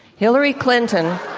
hillary clinton